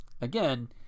again